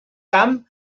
camp